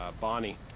Bonnie